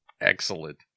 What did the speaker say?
Excellent